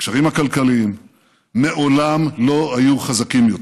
והקשרים הכלכליים מעולם לא היו חזקים יותר,